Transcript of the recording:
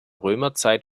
römerzeit